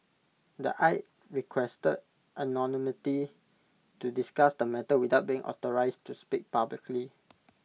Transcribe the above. the aide requested anonymity to discuss the matter without being authorised to speak publicly